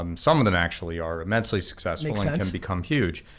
um some of them actually are immensely successful become huge,